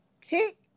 tick